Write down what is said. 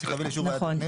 צריך לקבל אישור ועדה.